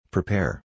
Prepare